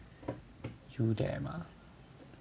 you there mah